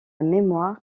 mémoire